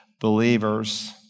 believers